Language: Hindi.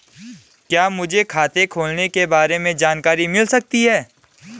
क्या मुझे खाते खोलने के बारे में जानकारी मिल सकती है?